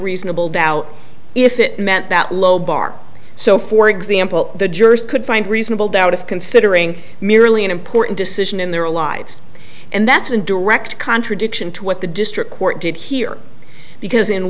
reasonable doubt if it meant that low bar so for example the jurors could find reasonable doubt of considering merely an important decision in their lives and that's in direct contradiction to what the district court did here because in